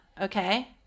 Okay